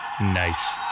Nice